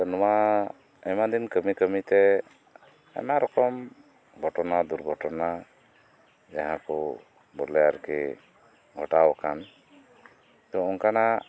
ᱱᱚᱶᱟ ᱟᱭᱢᱟ ᱫᱤᱱ ᱠᱟᱹᱢᱤ ᱠᱟᱹᱢᱤᱛᱮ ᱟᱭᱢᱟ ᱨᱚᱠᱚᱢ ᱜᱷᱚᱴᱚᱱᱟ ᱫᱩᱨᱜᱷᱚᱴᱚᱱᱟ ᱡᱟᱦᱟᱸ ᱠᱚ ᱵᱚᱞᱮ ᱟᱨᱠᱤ ᱜᱷᱚᱴᱟᱣ ᱟᱠᱟᱱ ᱛᱳ ᱚᱱᱠᱟᱱᱟᱜ